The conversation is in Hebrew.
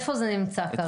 אז איפה זה נמצא כרגע?